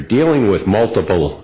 dealing with multiple